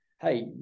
Hey